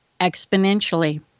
exponentially